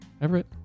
Everett